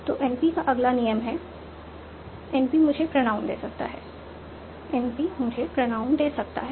तो NP का अगला नियम है NP मुझे प्रोनाउन दे सकता है NP मुझे प्रोनाउन दे सकता है